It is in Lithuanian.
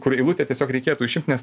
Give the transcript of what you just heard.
kur eilutė tiesiog reikėtų išimt nes